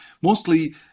Mostly